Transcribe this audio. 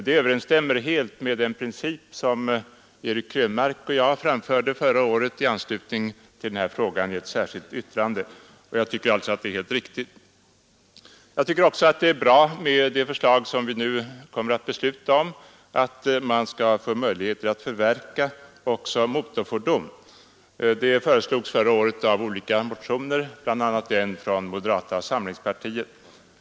Det överensstämmer helt med den princip som Erik Krönmark och jag framförde förra året i ett särskilt yttrande i anslutning till denna fråga. Jag tycker alltså att förslaget är helt riktigt. Jag tycker också det är bra med det andra förslaget vi nu kommer att besluta om, nämligen att man enligt 30 § skall få möjlighet att förverka även motorfordon. Det föreslogs förra året i olika motioner, bl.a. i en motion från moderata samlingspartiet.